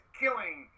killing